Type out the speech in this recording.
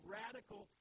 radical